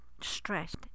stressed